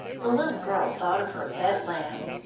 the little girl thought of her pet lamb.